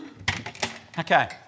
Okay